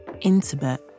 intimate